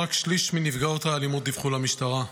רק שליש מנפגעות האלימות דיווחו למשטרה,